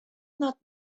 not